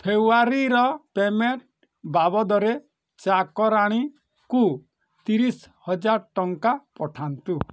ଫେବୃୟାରୀର payment ବାବଦରେ ଚାକରାଣୀକୁ ତିରିଶହଜାର ଟଙ୍କା ପଠାନ୍ତୁ